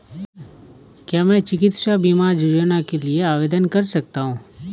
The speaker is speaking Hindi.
क्या मैं चिकित्सा बीमा योजना के लिए आवेदन कर सकता हूँ?